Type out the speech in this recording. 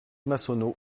massonneau